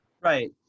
Right